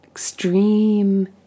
Extreme